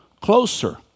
closer